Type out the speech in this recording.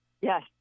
Yes